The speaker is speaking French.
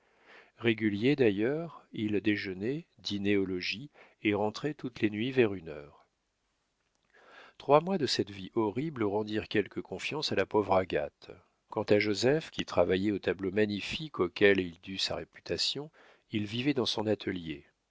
régulier d'ailleurs il déjeunait dînait au logis et rentrait toutes les nuits vers une heure trois mois de cette vie horrible rendirent quelque confiance à la pauvre agathe quant à joseph qui travaillait au tableau magnifique auquel il dut sa réputation il vivait dans son atelier